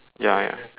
ya ya